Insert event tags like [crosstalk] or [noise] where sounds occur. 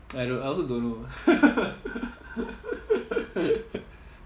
I don't I also don't know [laughs]